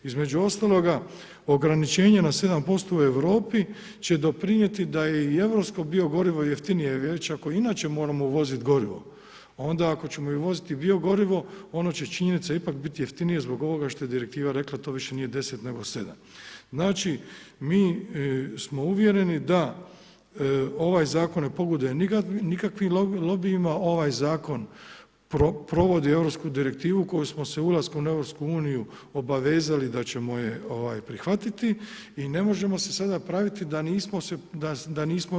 Između ostaloga, ograničenje na 7% u Europi će doprinijeti da je i europsko biogorivo jeftinije, već ako inače moramo uvoziti gorivo onda ako ćemo uvoziti i biogorivo ono će činjenica ipak biti jeftinije zbog ovoga što je direktiva rekla a to više nije 10 nego 7. Znači mi smo uvjereni da ovaj zakon ne pogoduje nikakvim lobijima, ovaj zakon provodi europsku direktivu koju smo se ulaskom u EU obavezali da ćemo je prihvatiti i ne možemo se sada praviti da nismo u EU.